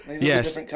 Yes